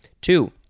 Two